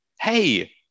Hey